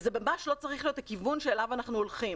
וזה ממש לא צריך להיות הכיוון שאליו אנחנו הולכים.